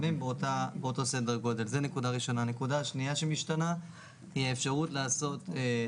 אני חייבת לענות.